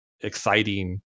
exciting